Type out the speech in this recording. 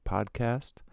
Podcast